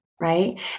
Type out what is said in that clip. right